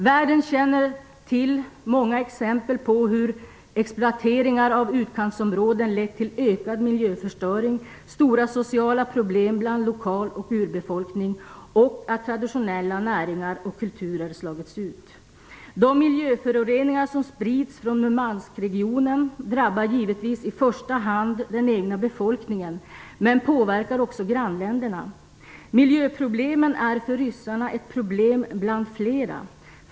Världen känner till många exempel på hur exploateringar av utkantsområden lett till ökad miljöförstöring, stora sociala problem bland lokal och urbefolkning och att traditionella näringar och kulturer slagits ut. De miljöföroreningar som sprids från Murmanskregionen drabbar givetvis i första hand den egna befolkningen, men påverkar också grannländerna. Miljöproblemen är för ryssarna ett problem bland flera.